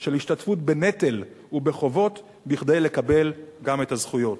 של השתתפות בנטל ובחובות כדי לקבל גם את הזכויות.